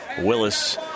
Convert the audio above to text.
Willis